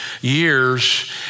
years